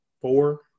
four